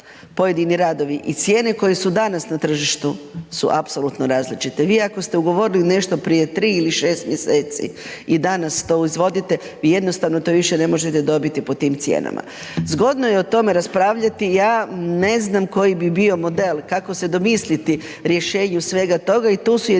pojedini radovi i cijene koje su danas na tržištu su apsolutno različite. Vi ako ste ugovorili nešto prije tri ili šest mjeseci i danas to izvodite, vi jednostavno to više ne možete dobiti po tim cijenama. Zgodno je o tome raspravljati, ja ne znam koji bi bio model, kako se domisliti rješenju svega toga i tu su jedinice